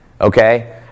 okay